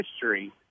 history